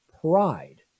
pride